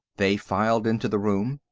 they filed into the room.